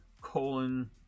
colon